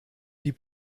die